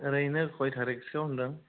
ओरैनो खय थारिखसोआव होनदों